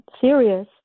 serious